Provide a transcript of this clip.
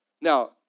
now